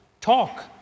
talk